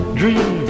dream